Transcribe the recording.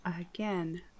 Again